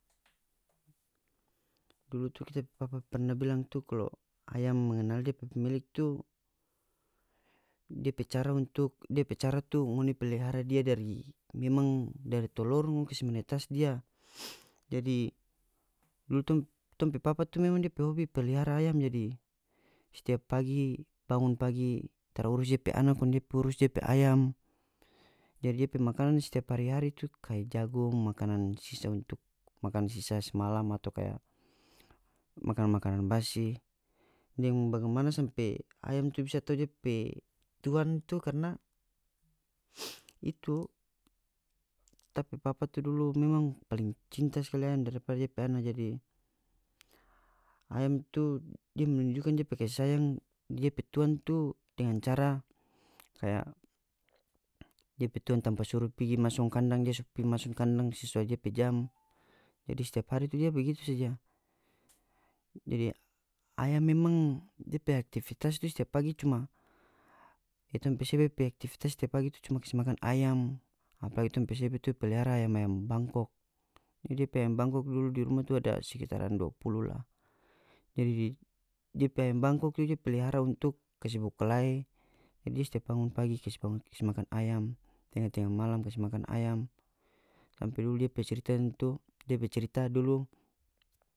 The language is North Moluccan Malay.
Dulu tu kita pe papa pernah bilang tu kalo ayam mengenal dia pe pemilik itu dia pe cara untuk dia pe cara tu ngoni pelihara dia dari memang dari tolor ngoni kase menetas dia jadi dulu tong tong pe papa tu memang dia pe hobi pelihara ayam jadi setiap pagi bangun pagi tara urus depe anak kong dia pi urus depe ayam jadi dia pe makanan setiap hari-hari tu kaya jagung makanan sisah untuk makan sisah semalam atau kaya makanan-makanan basi deng bagimana sampe ayam itu bisa tau dia pe tuan tu karna itu ta pe papa tu dulu memang paling cinta skali ayam da dapa depe ana jadi ayam tu dia menunjukan depe kasi sayang di dia pe tuang tu dengan cara kaya depe tuang tampa suru pigi masong kandang dia so pigi masong kandang sesuai die pe jam jadi setiap hari tu dia begitu saja jadi ayam memang dia pe aktivitas tu setiap pagi cuma kitong pe sebe pe aktivitas tiap pagi tu cuma kas makan ayam apalagi tong pe sebe tu pelihara ayam-ayam bangkok itu dia pe ayam bangkok dulu di rumah tu ada sekitaran dua puluh la jadi dia pe ayam bangkok tu dia pelihara untuk kase bakulae jadi setiap bangun pagi kas bangun kas makan ayam tenga-tenga malam kas makan ayam sampe dulu dia pe cerita ini to dia pe cerita dulu.